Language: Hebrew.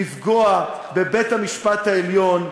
לפגוע בבית-המשפט העליון.